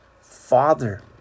Father